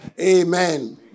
Amen